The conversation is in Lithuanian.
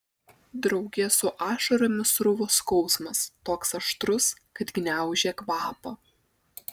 drauge su ašaromis sruvo skausmas toks aštrus kad gniaužė kvapą